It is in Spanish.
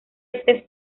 este